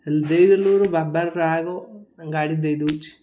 ହେଲେ ଦେଇ ଦେଲୁ ବାବାର ରାଗ ଗାଡ଼ି ଦେଇ ଦେଉଛି